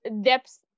depth